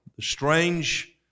strange